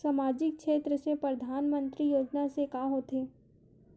सामजिक क्षेत्र से परधानमंतरी योजना से का होथे?